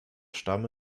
stamm